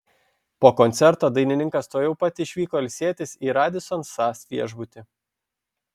po koncerto dainininkas tuojau pat išvyko ilsėtis į radisson sas viešbutį